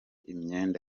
imyenda